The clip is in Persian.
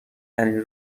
ترین